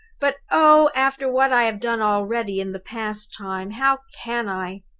but, oh, after what i have done already in the past time, how can i?